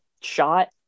shot